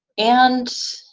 and,